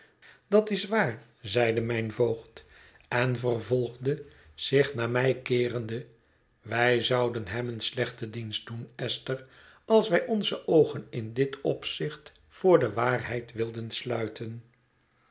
dat is waar zeide mijn voogd en vervolgde zich naar mij keerende wij zouden hem een slechten dienst doen esther als wij onze oogen in dit opzicht voor de waarheid wilden sluiten